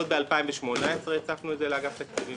עוד ב-2018 הצפנו את זה לאגף תקציבים,